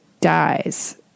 dies